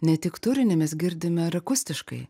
ne tik turinį mes girdim ir akustiškai